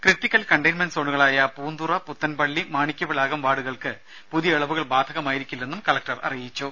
critical containment സോണുകളായ പൂന്തുറ പുത്തൻപള്ളി മാണിക്യവിളാകം വാർഡുകൾക്ക് പുതിയ ഇളവുകൾ ബാധകമായിരിക്കില്ലെന്നും കലക്ടർ അറിയിച്ചു